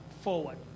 forward